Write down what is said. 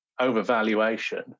overvaluation